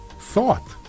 thought